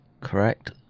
correct